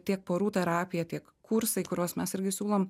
tiek porų terapija tiek kursai kuriuos mes irgi siūlom